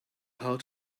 how